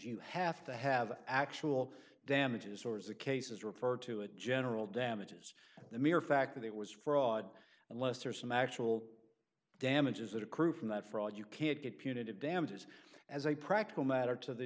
you have to have actual damages or the cases refer to a general damages the mere fact that it was fraud unless there's some actual damages that accrue from that fraud you can't get punitive damages as a practical matter to the